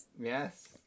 Yes